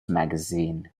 magazine